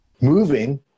moving